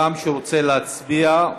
באולם שרוצה להצביע?